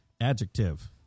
Adjective